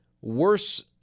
worse